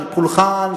של פולחן,